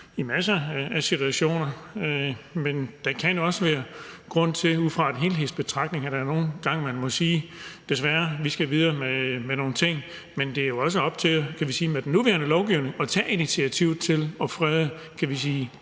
i masser af situationer. Men der kan også være grund til, at man ud fra en helhedsbetragtning nogle gange må sige: Desværre, vi skal videre med nogle ting. Men man kan jo også, kan vi sige, med den nuværende lovgivning tage initiativ til at frede gamle